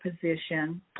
position